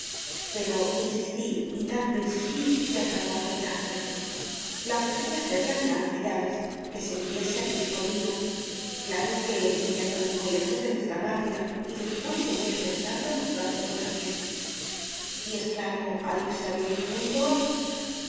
pero insistí y tanto insistí que acabó aceptándomelo la ofrecí hacerla mi ama de llaves que se viniese a vivir conmigo claro que viniéndonos muy lejos de nuestra patria y después de mucho pensarlo lo aceptó también y es claro al irse a vivir juntos